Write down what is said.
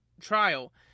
trial